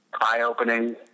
eye-opening